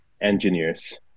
engineers